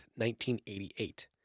1988